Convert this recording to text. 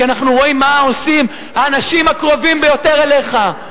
כי אנחנו רואים מה עושים האנשים הקרובים ביותר אליך.